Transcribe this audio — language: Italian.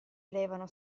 elevavano